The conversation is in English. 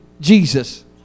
Jesus